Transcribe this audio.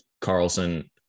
Carlson